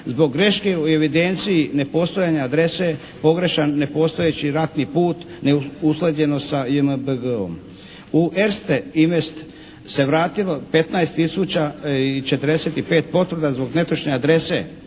zbog greške u evidenciji ne postojanja adrese, pogrešan nepostojeći ratni put, neusklađenost sa JMBG-om. U ERSTE Invest se vratilo 15 tisuća i 45 potvrda zbog netočne adrese.